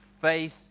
faith